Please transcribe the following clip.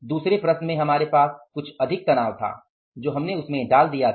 दूसरी प्रश्न में हमारे पास कुछ अधिक तनाव था जो हमने उसमे डाल दिया था